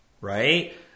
right